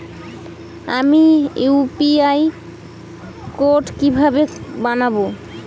আমি UPI code কিভাবে বানাব?